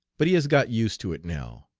but he has got used to it now.